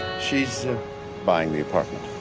she's buying the apartment.